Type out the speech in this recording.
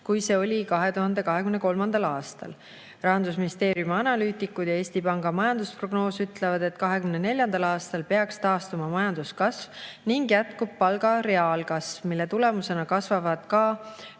kui see oli 2023. aastal. Rahandusministeeriumi analüütikud ja Eesti Panga majandusprognoos ütlevad, et 2024. aastal peaks taastuma majanduskasv ning jätkub palga reaalkasv, mille tulemusena kasvavad ka